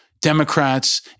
Democrats